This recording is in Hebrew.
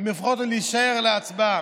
לפחות להישאר להצבעה.